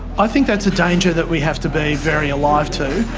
i think that's a danger that we have to be very alive to,